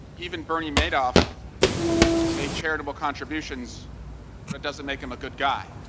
even bernie made off made charitable contributions but it doesn't make him a good guy.